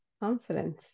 confidence